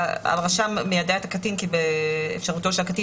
הרשם מיידע את הקטין כי באפשרותו של הקטין